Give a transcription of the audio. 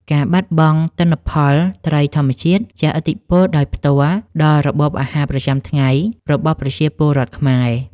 ការបាត់បង់ទិន្នផលត្រីធម្មជាតិជះឥទ្ធិពលដោយផ្ទាល់ដល់របបអាហារប្រចាំថ្ងៃរបស់ប្រជាពលរដ្ឋខ្មែរ។